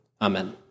Amen